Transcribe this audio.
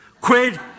Quid